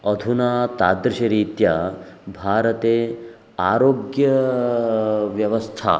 अधुना तादृशरीत्या भारते आरोग्यव्यवस्था